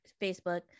facebook